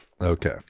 Okay